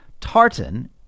Tartan